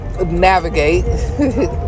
navigate